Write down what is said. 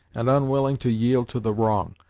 and unwilling to yield to the wrong.